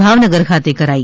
ભાવનગર ખાતે કરાઇ